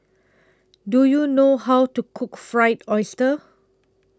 Do YOU know How to Cook Fried Oyster